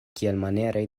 kiamaniere